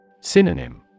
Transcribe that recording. Synonym